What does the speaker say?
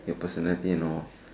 your personality and all